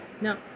No